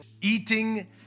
eating